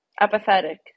Apathetic